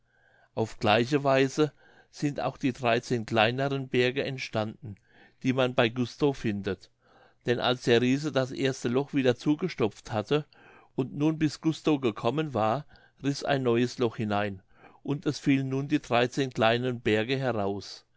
auf gleiche weise sind auch die dreizehn kleineren berge entstanden die man bei gustow findet denn als der riese das erste loch wieder zugestopft hatte und nun bis gustow gekommen war riß ein neues loch hinein und es fielen nun die dreizehn kleinen berge heraus